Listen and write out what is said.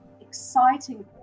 exciting